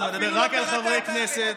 זה מדבר רק על חברי כנסת,